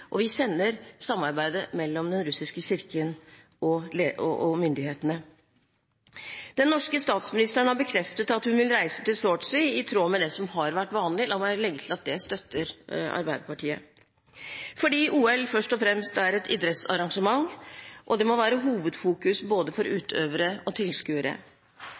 og vi kjenner til samarbeidet mellom den russiske kirken og myndighetene. Den norske statsministeren har bekreftet at hun vil reise til Sotsji, i tråd med det som har vært vanlig. La meg legge til at Arbeiderpartiet støtter dette, fordi OL først og fremst er et idrettsarrangement, og det må være hovedfokuset både for utøvere og tilskuere.